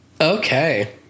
Okay